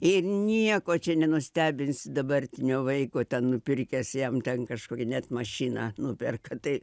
ir nieko čia nenustebinsi dabartinio vaiko ten nupirkęs jam ten kažkokią net mašiną nuperka tai